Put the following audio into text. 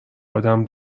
آدم